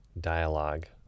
dialogue